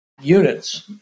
units